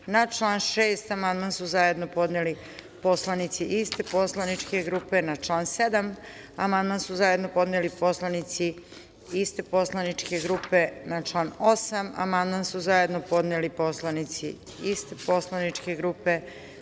član 5. amandman su zajedno podneli poslanici iste poslaničke grupe. Na član 6. amandman su zajedno podneli poslanici iste poslaničke grupe. Na član 7. amandman su zajedno podneli poslanici iste poslaničke grupe. Na član 8.